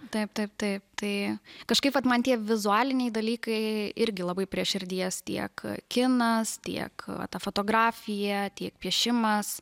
taip taip taip tai kažkaip vat man tie vizualiniai dalykai irgi labai prie širdies tiek kinas tiek va ta fotografija tiek piešimas